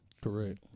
Correct